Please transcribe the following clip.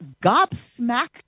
gobsmacked